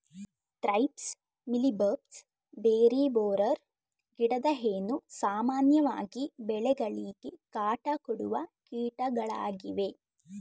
thrips, mealy bugs, berry borer, ಗಿಡದ ಹೇನು, ಸಾಮಾನ್ಯವಾಗಿ ಬೆಳೆಗಳಿಗೆ ಕಾಟ ಕೊಡುವ ಕೀಟಗಳಾಗಿವೆ